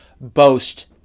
boast